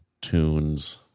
Tunes